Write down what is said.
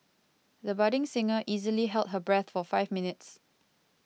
the budding singer easily held her breath for five minutes